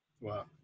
Wow